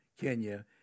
Kenya